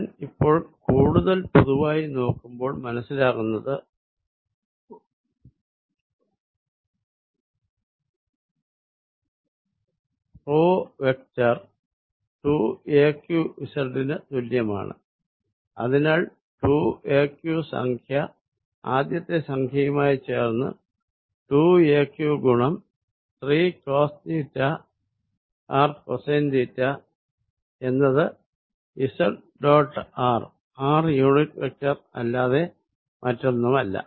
ഞാൻ ഇപ്പോൾ കൂടുതൽ പൊതുവായി നോക്കുമ്പോൾ മനസ്സിലാകുന്നത് വെക്ടർ 2aqz ന് തുല്യമാണ് അതിനാൽ 2aq സംഖ്യ ആദ്യത്തെ സംഖ്യയുമായി ചേർന്ന് 2aq ഗുണം 3 cos theta r cosine theta എന്നത് z dot r r unit vector അല്ലാതെ മറ്റൊന്നുമമല്ല